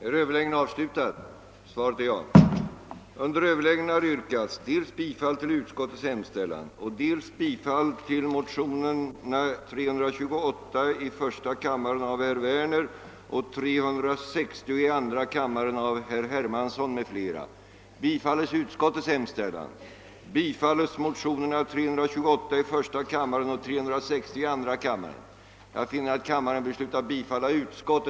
Herr talman! Jag beklagar att herr Alemyr inte kan svara på min fråga i dag utan måste ha betänketid. Det kan emellertid vara förståeligt bl.a. med hänsyn till att det kanske inte är så lätt för herr Alemyr att klargöra de aktuella årtalen. Jag hoppas emellertid att jag kan få ett korrekt svar på frå gan varför fjolårets felaktiga argumentering åberopas av utskottet även i år. Jag kan inte förstå annat än att det måste vara något annat som ligger bakom utskottets inställning än vad som anförts både i fjol och i år som argument för att vi inte skall erkänna Nordkorea. Jag vidhåller mitt yrkande.